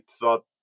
thought